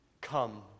Come